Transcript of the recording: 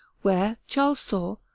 where charles saw,